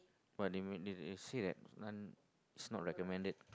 but they mean they they said that this one is not recommended